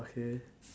okay